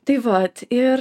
tai va ir